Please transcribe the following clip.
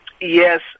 Yes